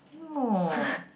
no